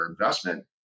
investment